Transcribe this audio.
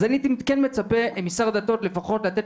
אז הייתי כן מצפה ממשרד הדתות לפחות לתת